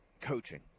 coaching